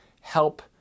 help